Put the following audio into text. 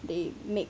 they make